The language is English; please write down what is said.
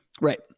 Right